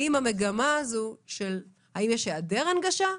האם יש היעדר הנגשה,